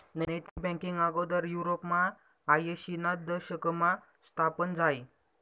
नैतिक बँकींग आगोदर युरोपमा आयशीना दशकमा स्थापन झायं